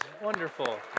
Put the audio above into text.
wonderful